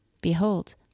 Behold